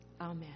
Amen